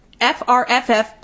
FRFF